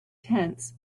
tents